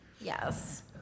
Yes